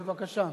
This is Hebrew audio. בבקשה.